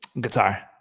Guitar